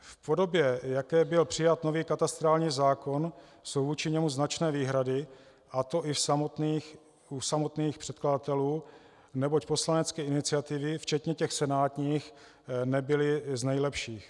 K podobě, v jaké byl přijat nový katastrální zákon, jsou vůči němu značné výhrady, a to i u samotných předkladatelů, neboť poslanecké iniciativy, včetně těch senátních, nebyly z nejlepších.